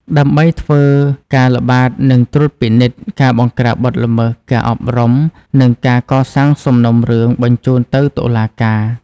ដើម្បីធ្វើការល្បាតនិងត្រួតពិនិត្យ ការបង្ក្រាបបទល្មើស ការអប់រំ និងការកសាងសំណុំរឿងបញ្ជូនទៅតុលាការ។